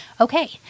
Okay